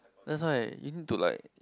that's why you need to like